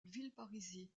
villeparisis